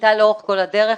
הייתה לאורך כל הדרך.